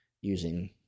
using